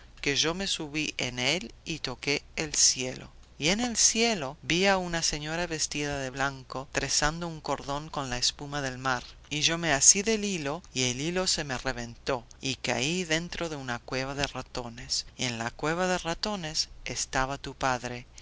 que yo me subí en él y toqué el cielo y en el cielo vi a una señora vestida de blanco trenzando un cordón con la espuma del mar y yo me así del hilo y el hilo se me reventó y caí dentro de una cueva de ratones y en la cueva de ratones estaban tu padre